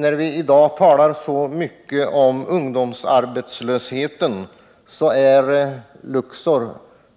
När vi i dag talar så mycket om ungdomsarbetslösheten och vikten av att bekämpa den bör det framhållas att Luxor är